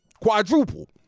quadruple